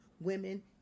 women